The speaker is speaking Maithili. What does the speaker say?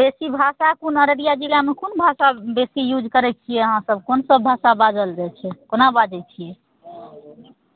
बेसी भाषा कोन अररिया जिलामे कोन भाषा बेसी यूज करै छियै अहाँसभ कोनसभ भाषा बाजल जाइ छै कोना बाजै छियै